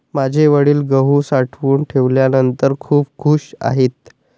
माझे वडील गहू साठवून ठेवल्यानंतर खूप खूश आहेत